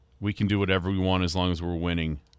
we-can-do-whatever-we-want-as-long-as-we're-winning